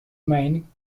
main